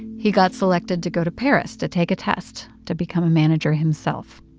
he got selected to go to paris to take a test to become a manager himself.